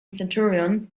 centurion